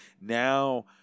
Now